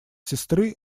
сестры